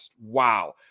Wow